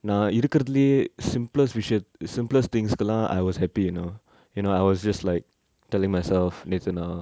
நா இருக்குரதுலயே:na irukurathulaye simplest visayath~ simplest things இதலா:ithala I was happy you know you know I was just like telling myself நேத்து நா:nethu na